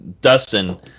dustin